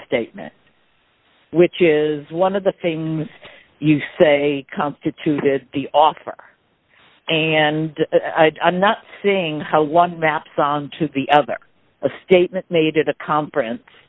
statement which is one of the things you say constituted the offer and i'm not seeing how one maps onto the other a statement made at a conference